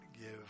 give